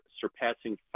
surpassing